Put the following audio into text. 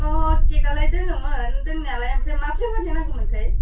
अह केकआलाय दङमोन दंनायालाय ओमफ्राय मा फ्लेबारनि नांगौमोनथाय